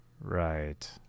Right